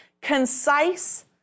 concise